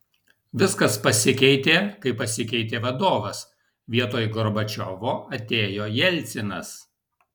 viskas pasikeitė kai pasikeitė vadovas vietoj gorbačiovo atėjo jelcinas